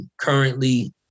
currently